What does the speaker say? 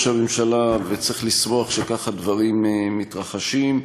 הממשלה וצריך לשמוח שכך הדברים מתרחשים.